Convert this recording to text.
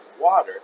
water